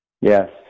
Yes